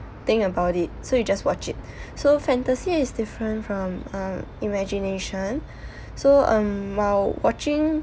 think about it so you just watch it so fantasy is different from um imagination so um while watching